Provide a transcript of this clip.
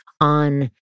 on